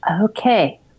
Okay